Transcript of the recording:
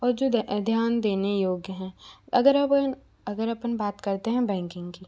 और जो ध्या ध्यान देने योग्य हैं अगर अपन अगर अपन बात करते हैं बैंकिंग की